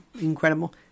incredible